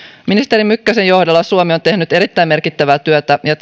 ministeri mykkäsen johdolla suomi on tehnyt erittäin merkittävää työtä ja